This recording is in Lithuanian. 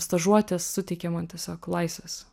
stažuotės suteikė man tiesiog laisvės